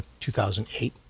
2008